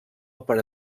per